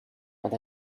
but